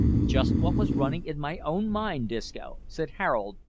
just what was running in my own mind, disco, said harold,